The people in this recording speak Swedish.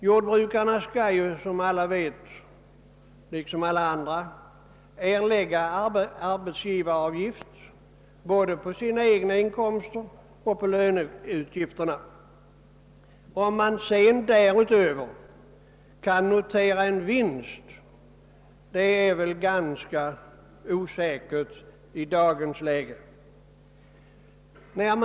Jordbrukarna skall liksom alla andra erlägga arbetsgivaravgift både för sina egna inkomster och för löneutgifterna. Huruvida de därutöver kan notera en vinst är väl ganska osäkert i dagens läge.